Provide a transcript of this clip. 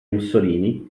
mussolini